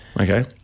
Okay